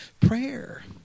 Prayer